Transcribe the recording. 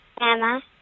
Emma